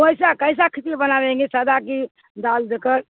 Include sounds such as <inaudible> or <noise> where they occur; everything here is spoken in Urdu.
کیسا کیسا کھچڑی بنا دیں گے سادا کی دال <unintelligible>